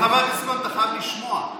חבר הכנסת כהן, אתה חייב לשמוע.